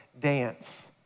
dance